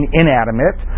inanimate